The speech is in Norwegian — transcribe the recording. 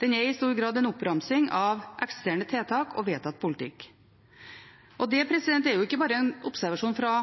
Den er i stor grad en oppramsing av eksisterende tiltak og vedtatt politikk. Det er ikke bare en observasjon fra